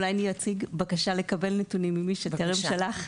אולי אני אציג בקשה לקבל נתונים ממי שטרם שלח.